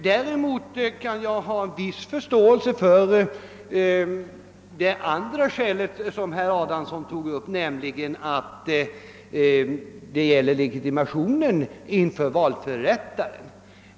Däremot kan jag ha en viss förståelse för det andra skälet som herr Adamsson anförde, nämligen legitimationen inför valförrättaren.